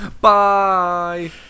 bye